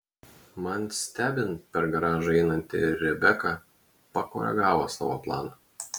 man stebint per garažą einanti rebeka pakoregavo savo planą